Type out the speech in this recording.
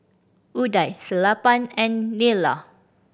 Udai Sellapan and Neila